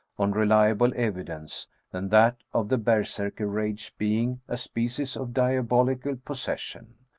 on reliable evidence, than that of the berserkr rage being a species of dia bolical possession.